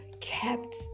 kept